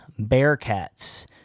Bearcats